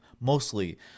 mostly